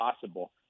possible